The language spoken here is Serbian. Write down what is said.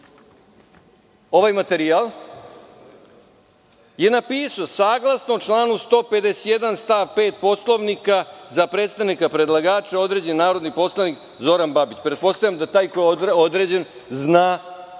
ovaj materijal je napisao – saglasno članu 151. stav 5. Poslovnika, za predstavnika predlagača određen je narodni poslanik Zoran Babić. Pretpostavljam da taj koji je određen, pretpostavio